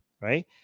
right